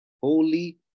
holy